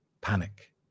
Panic